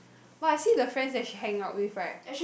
but I see the friends that she hang out with right